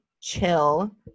chill